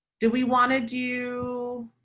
do we want to do.